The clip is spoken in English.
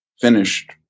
finished